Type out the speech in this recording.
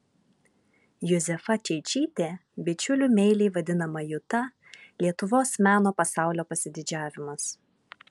juzefa čeičytė bičiulių meiliai vadinama juta lietuvos meno pasaulio pasididžiavimas